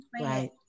right